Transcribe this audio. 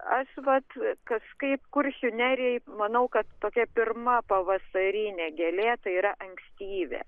aš vat kažkaip kuršių nerijoj manau kad tokia pirma pavasarinė gėlė tai yra ankstyvė